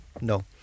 no